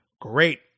great